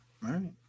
right